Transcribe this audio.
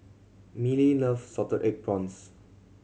Mellie loves salted egg prawns